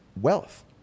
wealth